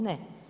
Ne.